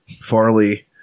Farley